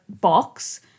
box